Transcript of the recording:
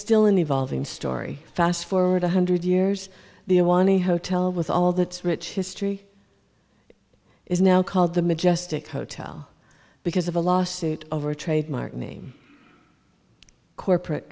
still an evolving story fast forward one hundred years the hotel with all that rich history is now called the majestic hotel because of a lawsuit over trademark me corporate